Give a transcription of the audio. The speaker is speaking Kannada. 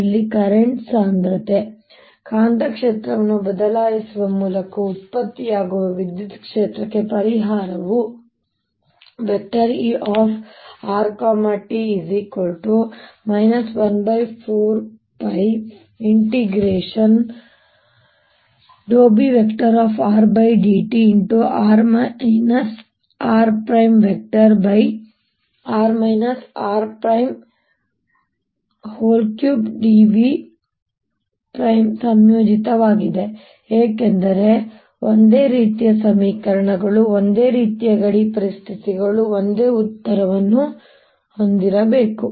ಇಲ್ಲಿ ಕರೆಂಟ್ ಸಾಂದ್ರತೆ ಕಾಂತಕ್ಷೇತ್ರವನ್ನು ಬದಲಾಯಿಸುವ ಮೂಲಕ ಉತ್ಪತ್ತಿಯಾಗುವ ವಿದ್ಯುತ್ ಕ್ಷೇತ್ರಕ್ಕೆ ಪರಿಹಾರವು rt 14πBr∂t×r rr r3dV ಸಂಯೋಜಿತವಾಗಿದೆ ಏಕೆಂದರೆ ಒಂದೇ ರೀತಿಯ ಸಮೀಕರಣಗಳು ಒಂದೇ ರೀತಿಯ ಗಡಿ ಪರಿಸ್ಥಿತಿಗಳು ಒಂದೇ ಉತ್ತರವನ್ನು ಹೊಂದಿರಬೇಕು